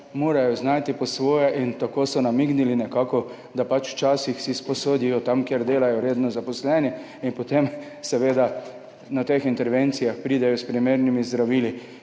morajo znajti po svoje. Tako so namignili, da si včasih sposodijo tam, kjer delajo in so redno zaposleni, in potem seveda na te intervencije pridejo s primernimi zdravili.